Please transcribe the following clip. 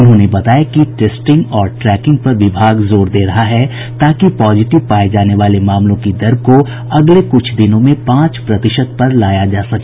उन्होंने बताया कि टेस्टिंग और ट्रेकिंग पर विभाग जोर दे रहा है ताकि पॉजिटिव पाये जाने वाले मामलों की दर को अगले कुछ दिनों में पांच प्रतिशत पर लाया जा सके